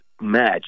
match